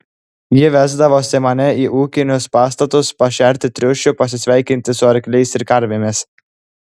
ji vesdavosi mane į ūkinius pastatus pašerti triušių pasisveikinti su arkliais ir karvėmis